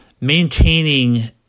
maintaining